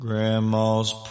Grandma's